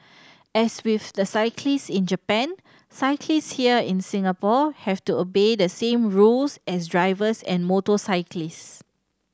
as with the cyclist in Japan cyclist here in Singapore have to obey the same rules as drivers and motorcyclist